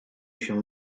się